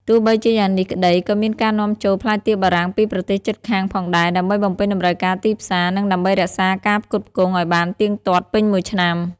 ទោះបីជាយ៉ាងនេះក្តី ក៏មានការនាំចូលផ្លែទៀបបារាំងពីប្រទេសជិតខាងផងដែរ ដើម្បីបំពេញតម្រូវការទីផ្សារ និងដើម្បីរក្សាការផ្គត់ផ្គង់ឱ្យបានទៀងទាត់ពេញមួយឆ្នាំ។